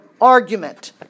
argument